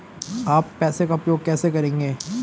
आप पैसे का उपयोग कैसे करेंगे?